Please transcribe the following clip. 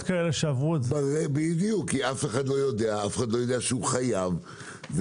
אף אחד לא יודע שהוא חייב,